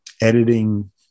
editing